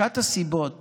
אחת הסיבות